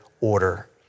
order